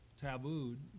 tabooed